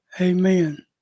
amen